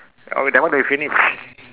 oh that one I finish